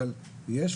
אבל יש,